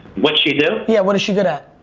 what's she do? yeah, what is she good at?